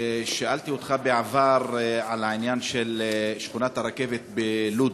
שאלתי אותך בעבר על העניין של שכונת הרכבת בלוד.